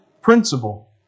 principle